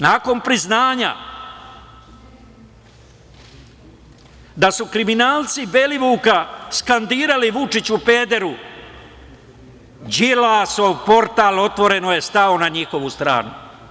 Nakon priznanja da su kriminalci Belivuka skandirali "Vučiću, pederu", Đilasov portal otvoreno je stao na njihovu stranu.